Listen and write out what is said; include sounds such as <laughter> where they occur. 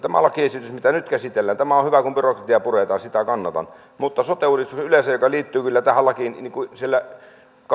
<unintelligible> tämä lakiesitys mitä nyt käsitellään on hyvä kun byrokratiaa puretaan ja sitä kannatan mutta sote uudistukseen yleensä nämä nyt käsittelyssä olevat sote paketit liittyvät kyllä tähän lakiin siellä